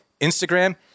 Instagram